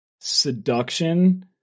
Seduction